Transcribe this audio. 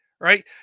right